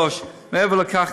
מעבר לכך,